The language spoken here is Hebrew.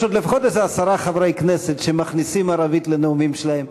יש עוד לפחות איזה עשרה חברי כנסת שמכניסים ערבית לנאומים שלהם.